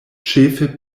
ĉefe